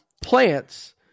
plants